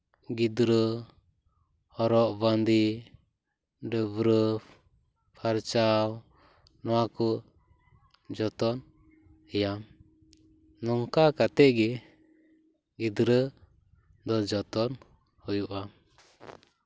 ᱜᱤᱫᱽᱨᱟᱹ ᱦᱚᱨᱚᱜ ᱵᱟᱸᱫᱮ ᱰᱟᱹᱵᱽᱨᱟᱹ ᱯᱷᱟᱨᱪᱟᱣ ᱱᱚᱣᱟ ᱠᱚ ᱡᱚᱛᱚᱱ ᱮᱭᱟ ᱱᱚᱝᱠᱟ ᱠᱟᱛᱮ ᱜᱮ ᱜᱤᱫᱽᱨᱟᱹ ᱫᱚ ᱡᱚᱛᱚᱱ ᱦᱩᱭᱩᱜᱼᱟ